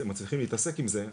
מצליחים להתעסק עם זה,